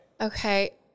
Okay